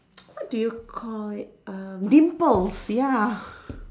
what do you call it um dimples ya